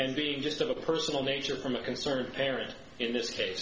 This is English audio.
and being just of a personal nature from a concerned parent in this case